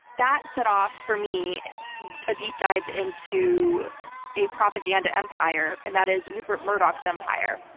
that set off for me a deep dive into a propaganda empire and that is rupert murdoch's empire.